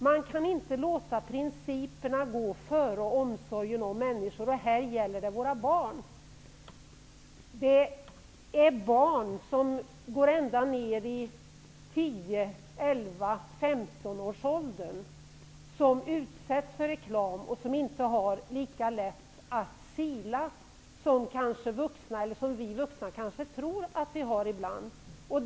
Man kan inte låta principerna gå före omsorgen om människor. Det här gäller våra barn. Barn i 10--15 års ålder utsätts för reklam, och de har inte lika lätt för att sila informationen som vi vuxna tror att vi kan göra.